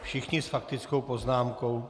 Všichni s faktickou poznámkou.